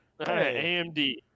amd